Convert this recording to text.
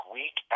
week